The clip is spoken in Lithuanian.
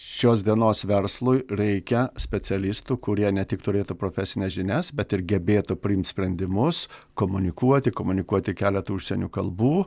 šios dienos verslui reikia specialistų kurie ne tik turėtų profesines žinias bet ir gebėtų priimt sprendimus komunikuoti komunikuoti keletu užsienio kalbų